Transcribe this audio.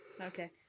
Okay